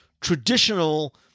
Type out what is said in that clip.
traditional